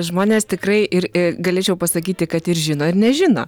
žmonės tikrai ir galėčiau pasakyti kad ir žino ir nežino